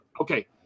Okay